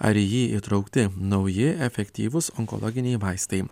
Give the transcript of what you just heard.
ar į jį įtraukti nauji efektyvūs onkologiniai vaistai